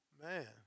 Man